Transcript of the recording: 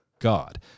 God